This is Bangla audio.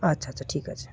আচ্ছা আচ্ছা ঠিক আছে